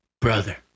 brother